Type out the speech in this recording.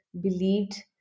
believed